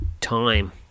time